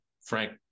frank